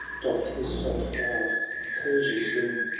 doif'd his soft garb of persia's loom,